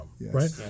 Right